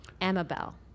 Amabel